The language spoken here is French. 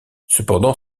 cependant